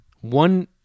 One